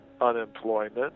unemployment